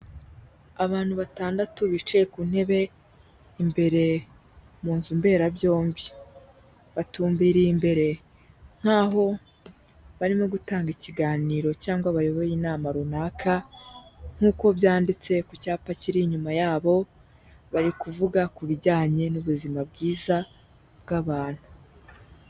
Abantu batandatu bicaye ku ntebe imbere mu nzu mberabyombi, batumbiriye imbere nkaho barimo gutanga ikiganiro cyangwa bayoboye inama runaka, nk'uko byanditse ku cyapa kiri inyuma yabo bari kuvuga ku bijyanye n'ubuzima bwiza, bw'abantu.